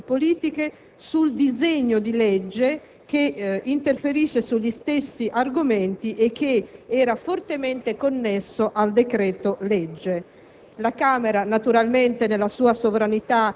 con grande responsabilità di tutte le forze politiche, sul disegno di legge n. 1677 che inerisce agli stessi argomenti e che era fortemente connesso al decreto-legge.